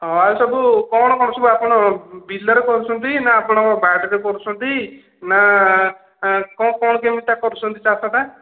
ହଁ ସବୁ କ'ଣ କ'ଣ ସବୁ ଆପଣ ବିଲରେ କରୁଛନ୍ତି ନା ଆପଣଙ୍କର ବାଡ଼ି ରେ କରୁଛନ୍ତି ନା କ'ଣ କେମିତି କରୁଛନ୍ତି ଚାଷ ଟା